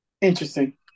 Interesting